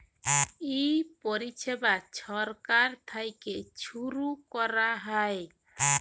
ই পরিছেবা ছরকার থ্যাইকে ছুরু ক্যরা হ্যয়